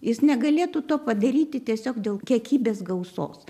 jis negalėtų to padaryti tiesiog dėl kiekybės gausos